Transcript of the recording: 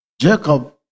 Jacob